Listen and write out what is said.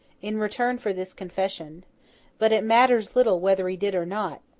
in return for this confession but it matters little whether he did or not.